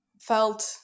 felt